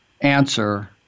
answer